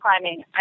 climbing